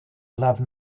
love